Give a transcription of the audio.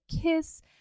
kiss